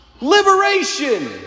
Liberation